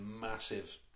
massive